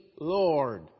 Lord